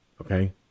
Okay